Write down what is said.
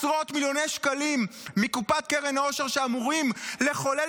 עשרות מיליוני שקלים מקופת קרן העושר שאמורים לחולל